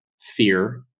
fear